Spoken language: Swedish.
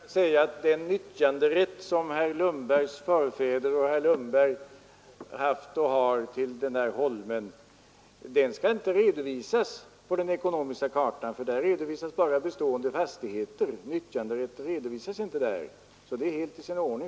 Herr talman! Den nyttjanderätt som herr Lundbergs förfäder haft och herr Lundberg har till den där holmen skall inte redovisas på den ekonomiska kartan. Där redovisas bara bestående fastigheter, inte nyttjanderätt. Kartan är alltså helt i sin ordning.